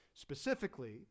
Specifically